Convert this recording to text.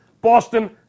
Boston